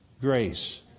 grace